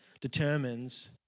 determines